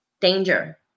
Danger